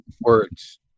words